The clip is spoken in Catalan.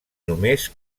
només